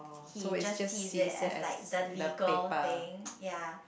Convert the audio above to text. he just see it as like the legal things ya